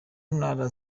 ntara